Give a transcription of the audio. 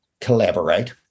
collaborate